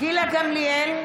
גילה גמליאל,